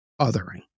othering